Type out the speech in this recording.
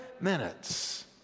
minutes